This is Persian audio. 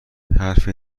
حرف